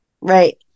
Right